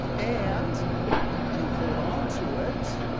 and you hold onto it.